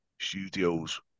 Studios